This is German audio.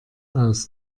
aus